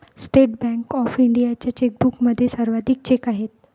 state bank of इंडियाच्या चेकबुकमध्ये सर्वाधिक चेक आहेत